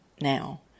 now